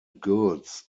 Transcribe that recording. goods